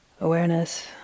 awareness